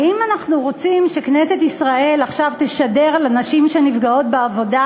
האם אנחנו רוצים שכנסת ישראל עכשיו תשדר לנשים שנפגעות בעבודה: